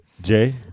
Jay